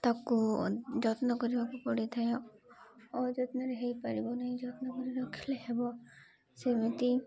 ତାକୁ ଯତ୍ନ କରିବାକୁ ପଡ଼ିଥାଏ ଅଯତ୍ନରେ ହେଇପାରିବ ନାହି ଯତ୍ନ କରି ରଖିଲେ ହେବ ସେମିତି